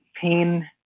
pain